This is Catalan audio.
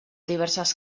diverses